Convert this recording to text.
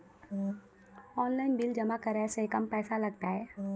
Online bill जमा करै से कम पैसा लागतै?